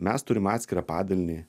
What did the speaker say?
mes turim atskirą padalinį